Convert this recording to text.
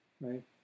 right